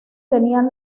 tenían